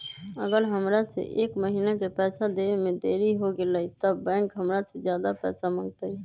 अगर हमरा से एक महीना के पैसा देवे में देरी होगलइ तब बैंक हमरा से ज्यादा पैसा मंगतइ?